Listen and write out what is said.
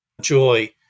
joy